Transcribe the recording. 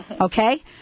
okay